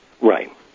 Right